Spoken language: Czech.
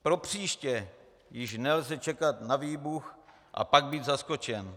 Propříště již nelze čekat na výbuch a pak být zaskočen.